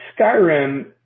Skyrim